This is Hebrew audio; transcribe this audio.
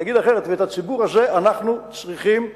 אני אגיד אחרת: את הציבור הזה אנחנו צריכים ללמד,